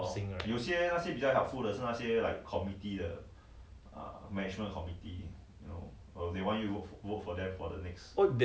don't know whether there's something 后面又一个长的企图心 right